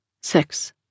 Six